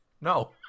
No